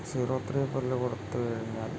zero three പുല്ല് കൊടുത്തുകഴിഞ്ഞാൽ